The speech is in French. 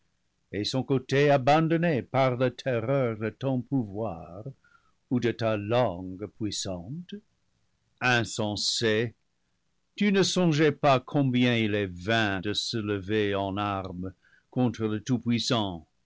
et son côté abandonné par la terreur de ton pouvoir ou de ta langue puissante insensé tu ne son geais pas combien il est vain de se lever en armes contre le